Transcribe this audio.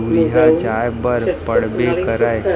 दुरिहा जाय बर पड़बे करय